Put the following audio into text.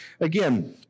again